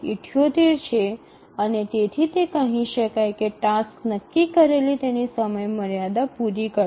૭૮ છે અને તેથી તે કહી શકાય કે ટાસક્સ નક્કી કરેલી તેની સમયમર્યાદા પૂરી કરશે